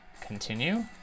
Continue